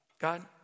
God